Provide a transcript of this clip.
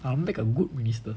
I'll make a good minister